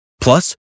Plus